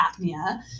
apnea